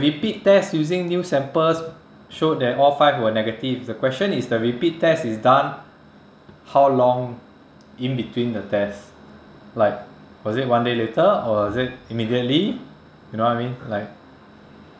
repeat test using new samples show that all five were negative the question is the repeat test is done how long in between the test like was it one day later or was it immediately you know what I mean like